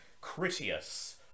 Critias